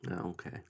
Okay